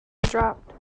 dropped